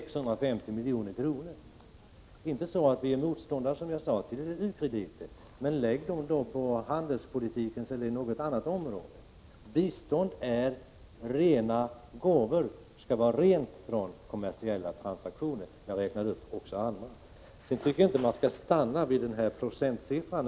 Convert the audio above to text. Vi är, som jag sagt, inte motståndare till u-krediter, men menar att de bör föras till handelspolitikens område eller till något annat område. Bistånd skall vara rena gåvor, fria från kommersiella transaktioner. Jag räknade också upp andra sådana inslag. Jag tycker vidare att man inte skall stanna vid enprocentsmålet.